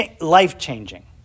life-changing